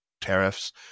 tariffs